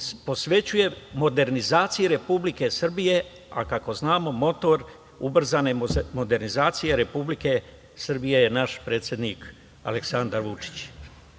posvećuje modernizaciji Republike Srbije, a kako znamo motor ubrzane modernizacije Republike Srbije je naš predsednik Aleksandar